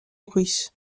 russe